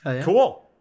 cool